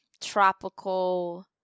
tropical